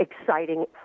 exciting